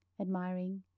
admiring